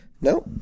No